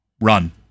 run